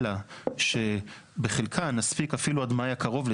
אלא שבחלקן נספיק עד מאי הקרוב.